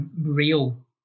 real